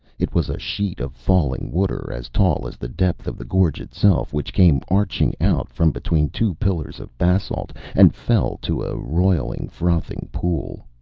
it was a sheet of falling water as tall as the depth of the gorge itself, which came arcing out from between two pillars of basalt and fell to a roiling, frothing pool.